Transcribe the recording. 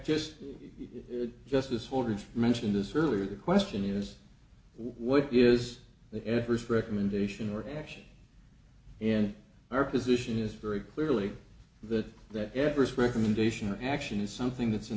it justice holder's mentioned this earlier the question is what is the evers recommendation or action and our position is very clearly that that adverse recommendation action is something that's in